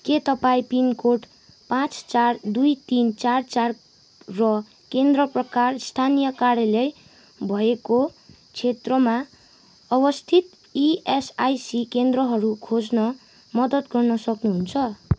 के तपाईँँ पिनकोड पाँच चार दुई तिन चार चार र केन्द्र प्रकार स्थानीय कार्यालय भएको क्षेत्रमा अवस्थित इएसआइसी केन्द्रहरू खोज्न मद्दत गर्न सक्नुहुन्छ